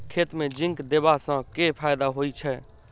खेत मे जिंक देबा सँ केँ फायदा होइ छैय?